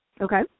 Okay